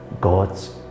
god's